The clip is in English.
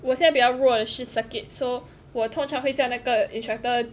我现在比较弱的是 circuit so 我通常会叫那个 instructor